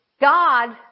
God